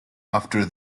after